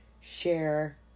share